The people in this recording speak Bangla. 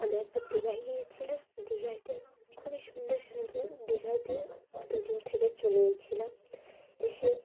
আমি একবার দীঘায় গিয়েছিলাম দীঘাতে খুবই সুন্দর সুন্দর দীঘাতে দুদিন থেকে চলে এসেছিলাম এসে